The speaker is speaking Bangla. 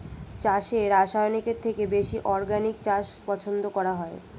চাষে রাসায়নিকের থেকে বেশি অর্গানিক চাষ পছন্দ করা হয়